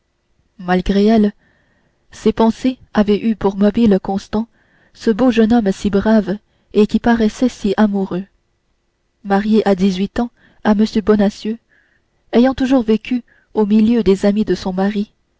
malgré elle ses pensées avaient eu pour mobile constant ce beau jeune homme si brave et qui paraissait si amoureux mariée à dix-huit ans à m bonacieux ayant toujours vécu au milieu des amis de son mari